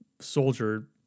soldier